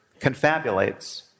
confabulates